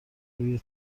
روی